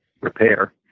repair